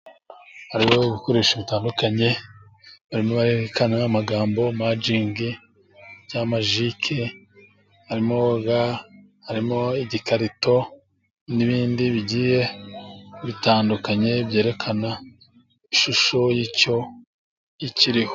Hariho ibikoresho bitandukanye barimo barerekana amagambo majingi cyangwa majike, harimo ga, harimo igikarito ,n'ibindi bigiye bitandukanye byerekana ishusho y'icyo ikiriho.